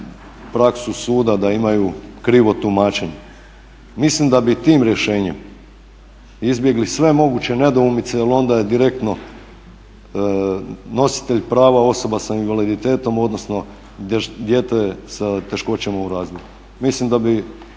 praksu suda da imaju krivo tumačenje. Mislim da bi tim rješenjem izbjegli sve moguće nedoumice jer onda je direktno nositelj prava osoba sa invaliditetom, odnosno dijete sa teškoćama u razvoju. Mislim da bi